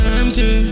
empty